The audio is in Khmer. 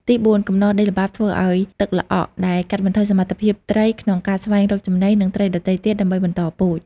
ទីបួន កំណកដីល្បាប់ធ្វើឱ្យទឹកល្អក់ ដែលកាត់បន្ថយសមត្ថភាពត្រីក្នុងការស្វែងរកចំណី និងត្រីដទៃទៀតដើម្បីបន្តពូជ។